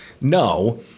No